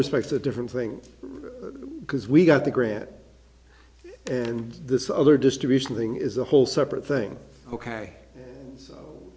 respects a different thing because we got the grant and this other distribution thing is a whole separate thing ok so